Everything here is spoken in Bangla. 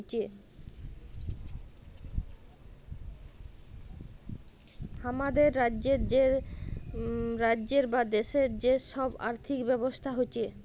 হামাদের রাজ্যের বা দ্যাশের যে সব আর্থিক ব্যবস্থা হচ্যে